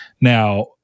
Now